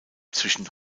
zwischen